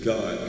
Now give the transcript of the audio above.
God